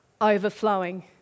overflowing